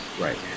Right